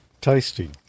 Tasty